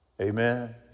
Amen